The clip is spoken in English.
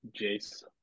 Jace